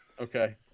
Okay